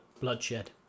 bloodshed